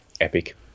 epic